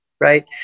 right